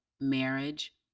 marriage